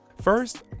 First